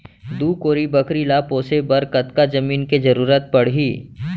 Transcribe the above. दू कोरी बकरी ला पोसे बर कतका जमीन के जरूरत पढही?